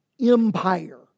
empire